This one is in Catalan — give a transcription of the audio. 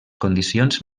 condicions